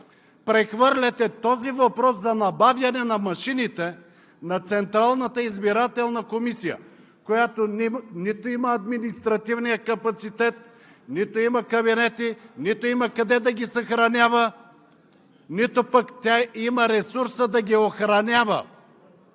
прехвърляте въпроса за набавянето на машините на Централната избирателна комисия, която нито има административния капацитет, нито има кабинети, нито има къде да ги съхранява, нито пък има ресурса да ги охранява!